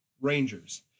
Rangers